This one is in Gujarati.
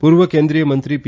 પૂર્વ કેન્દ્રિય મંત્રી પી